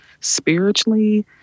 spiritually